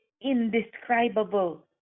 indescribable